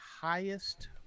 highest